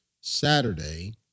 Saturday